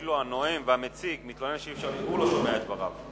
אפילו הנואם והמציג מתלונן שהוא לא שומע את דבריו.